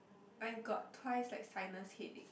I got twice like sinus headache